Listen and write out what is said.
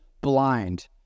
blind